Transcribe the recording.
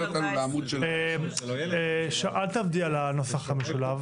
אל תעבדי על הנוסח המשולב.